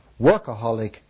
workaholic